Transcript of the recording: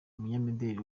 umunyamideli